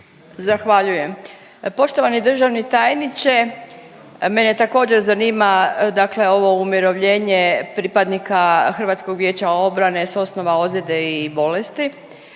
Zahvaljujem. Poštovani državni tajniče, mene također zanima dakle ovo umirovljenje pripadnika HVO-a s osnova ozljede i bolesti,